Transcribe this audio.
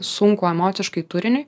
sunkų emociškai turinį